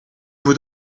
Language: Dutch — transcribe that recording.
moet